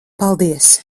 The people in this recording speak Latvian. paldies